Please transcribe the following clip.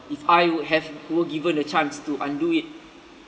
if I would have were given a chance to undo it